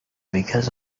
because